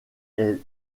est